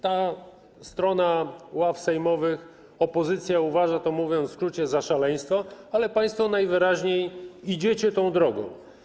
Ta strona ław sejmowych, opozycja uważa to, mówiąc w skrócie, za szaleństwo, ale państwo najwyraźniej idziecie tą drogą.